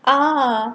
uh